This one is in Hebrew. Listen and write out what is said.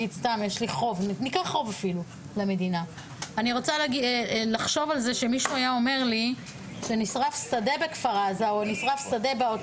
אני רוצה לחשוב שמישהו היה אומר לי שכשנשרף שדה בכפר עזה או בעוטף